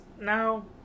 now